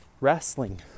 wrestling